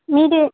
வீடு